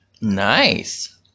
Nice